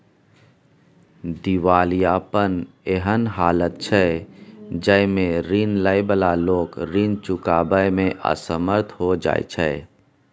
दिवालियापन एहन हालत छइ जइमे रीन लइ बला लोक रीन चुकाबइ में असमर्थ हो जाइ छै